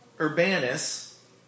Urbanus